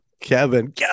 Kevin